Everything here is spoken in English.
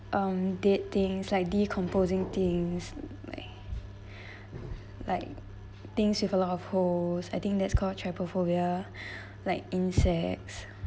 um dead things like decomposing things like like things with a lot of holes I think that's called trypophobia like insects